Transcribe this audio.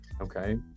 okay